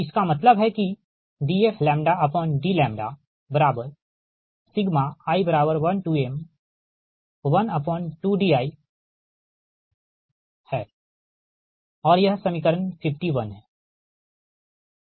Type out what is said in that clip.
इसका मतलब है कि dfdλi1m12diयह समीकरण 51 है